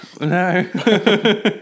No